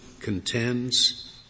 contends